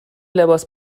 لباس